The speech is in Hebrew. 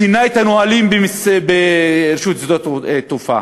שינה את הנהלים ברשות שדות התעופה.